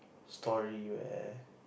story where